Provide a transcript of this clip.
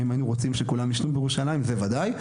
האם היינו רוצים שהם כולם ישנו בירושלים, בוודאי.